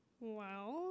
Wow